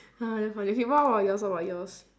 damn funny what about yours what about yours